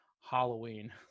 Halloween